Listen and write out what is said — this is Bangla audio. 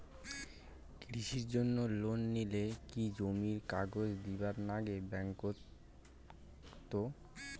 কৃষির জন্যে লোন নিলে কি জমির কাগজ দিবার নাগে ব্যাংক ওত?